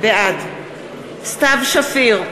בעד סתיו שפיר,